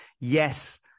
Yes